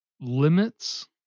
limits